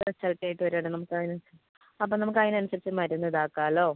result ആയിട്ട് വരൂ കേട്ടോ നമുക്ക് അതിനൻ അപ്പം നമുക്ക് അതിനനുസരിച്ച് മരുന്ന് ഇതാക്കാമല്ലോ